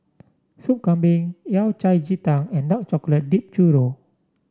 Soup Kambing Yao Cai Ji Tang and Dark Chocolate Dipped Churro